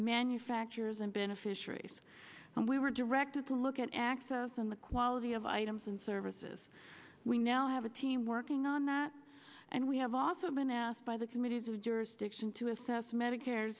manufacturers and beneficiaries and we were directed to look at access on the quality of items and services we now have a team working on that and we have also been asked by the committees of jurisdiction to assess medicare